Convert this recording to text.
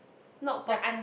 not pop